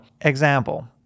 example